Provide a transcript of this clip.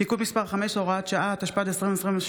(תיקון מס' 5, הוראת שעה), התשפ"ד 2023,